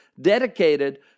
dedicated